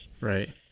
Right